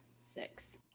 Six